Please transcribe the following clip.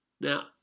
now